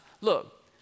Look